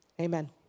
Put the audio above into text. Amen